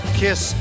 kiss